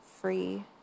free